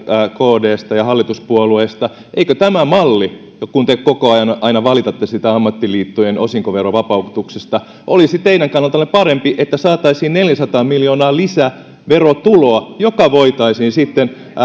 kdsta ja hallituspuolueista eikö tämä malli kun te aina valitatte siitä ammattiliittojen osinkoverovapautuksesta olisi teidän kannaltanne parempi kun saataisiin neljäsataa miljoonaa lisäverotuloa joka voitaisiin sitten